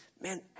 man